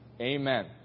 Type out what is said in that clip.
Amen